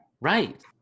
Right